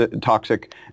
toxic